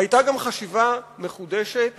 היתה גם חשיבה מחודשת